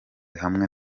hamwe